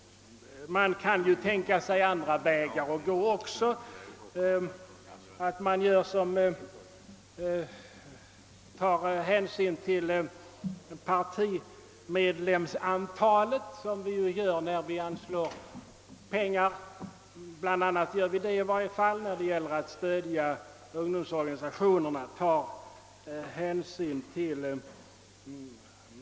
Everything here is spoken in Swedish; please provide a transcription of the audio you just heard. Man kan även tänka sig att gå andra vägar, att man t.ex. tar hänsyn till partiernas medlemsantal, vilket vi gör när vi anslår pengar till de politiska ungdomsorganisationerna.